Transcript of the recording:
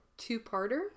Two-parter